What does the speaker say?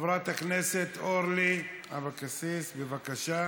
חברת הכנסת אורלי אבקסיס, בבקשה,